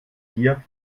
gier